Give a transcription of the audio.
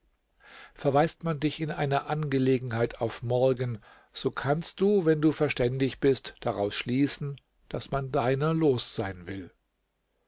verweist man dich in einer angelegenheit auf morgen so kannst du wenn du verständig bist daraus schließen daß man deiner los sein will